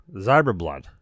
Zyberblood